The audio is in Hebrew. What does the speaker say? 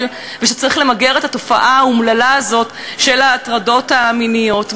ושצריך למגר את התופעה האומללה הזאת של ההטרדות המיניות.